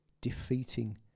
defeating